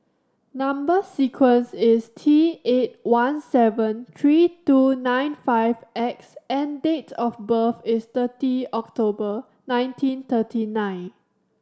number sequence is T eight one seven three two nine five X and date of birth is thirty October nineteen thirty nine